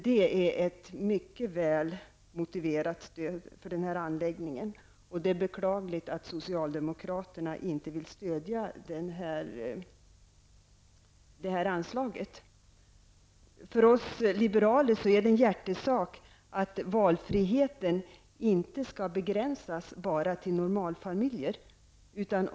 Det är ett mycket väl motiverat stöd till denna anläggning, och det är beklagligt att socialdemokraterna inte vill stödja det här projektet. För oss liberaler är det en hjärtesak att valfriheten inte skall begränsas till normalfamiljen.